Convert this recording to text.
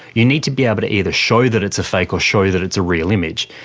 you need to be able to either show that it's a fake or show that it's a real image.